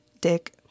Dick